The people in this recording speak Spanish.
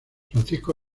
francisco